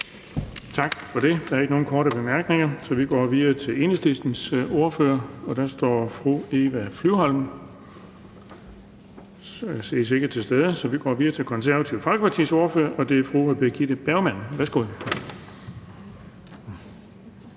Tak for det. Der er ikke nogen korte bemærkninger, og så går vi videre til Enhedslistens ordfører, og det er fru Eva Flyvholm. Men hun ses ikke til stede, og så går vi videre til Det Konservative Folkepartis ordfører, og det er fru Birgitte Bergman. Værsgo.